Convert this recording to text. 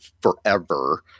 forever